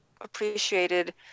appreciated